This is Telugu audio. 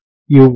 uyuyuyu